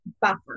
buffer